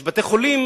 יש בתי-חולים